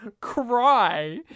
cry